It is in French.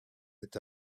est